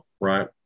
right